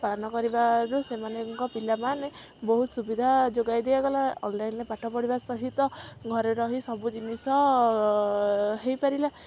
ପାଳନ କରିବାରୁ ସେମାନଙ୍କ ପିଲାମାନେ ବହୁତ ସୁବିଧା ଯୋଗାଇ ଦିଆଗଲା ଅନଲାଇନରେ ପାଠ ପଢ଼ିବା ସହିତ ଘରେ ରହି ସବୁ ଜିନିଷ ହେଇପାରିଲା